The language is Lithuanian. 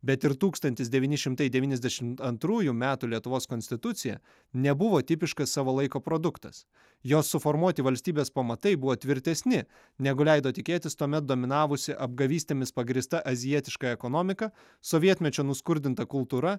bet ir tūkstantis devyni šimtai devyniasdešimt antrųjų metų lietuvos konstitucija nebuvo tipiškas savo laiko produktas jos suformuoti valstybės pamatai buvo tvirtesni negu leido tikėtis tuomet dominavusi apgavystėmis pagrįsta azijietiška ekonomika sovietmečio nuskurdinta kultūra